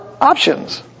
options